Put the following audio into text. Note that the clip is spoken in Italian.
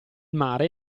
mare